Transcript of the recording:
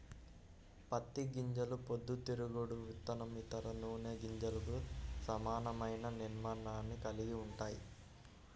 పత్తి గింజలు పొద్దుతిరుగుడు విత్తనం, ఇతర నూనె గింజలకు సమానమైన నిర్మాణాన్ని కలిగి ఉంటాయి